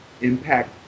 impact